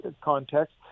context